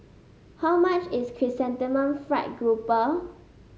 how much is Chrysanthemum Fried Grouper